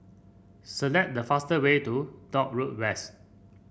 select the fast way to Dock Road West